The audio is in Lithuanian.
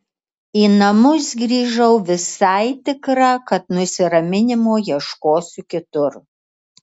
į namus grįžau visai tikra kad nusiraminimo ieškosiu kitur